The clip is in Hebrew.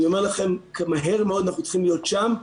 אני אומר לכם שמהר מאוד צריכים להיות שם,